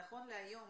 נכון להיום,